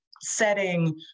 setting